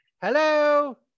Hello